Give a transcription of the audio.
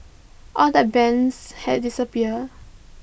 all the bands had disappeared